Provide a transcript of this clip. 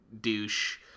douche